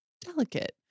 delicate